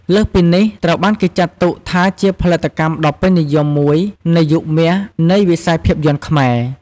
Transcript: លើសពីនេះ ត្រូវបានគេចាត់ទុកថាជាផលិតកម្មដ៏ពេញនិយមមួយនៃ "យុគមាស" នៃវិស័យភាពយន្តខ្មែរ។